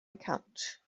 account